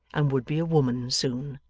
and would be a woman, soon.